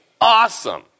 awesome